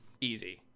Easy